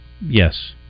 Yes